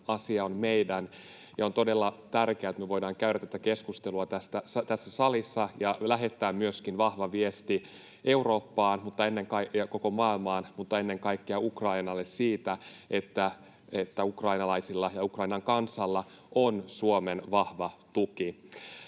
asia on meidän, ja on todella tärkeää, että me voidaan käydä tätä keskustelua tässä salissa ja lähettää myöskin vahva viesti Eurooppaan mutta ennen kaikkea koko maailmaan ja ennen kaikkea Ukrainalle siitä, että ukrainalaisilla ja Ukrainan kansalla on Suomen vahva tuki.